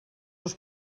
els